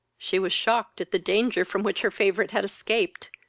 she was shocked at the danger from which her favourite had escaped,